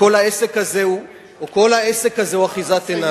וכל העסק הזה הוא אחיזת עיניים.